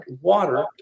water